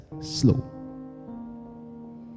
slow